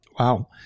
Wow